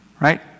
right